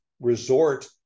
resort